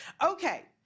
Okay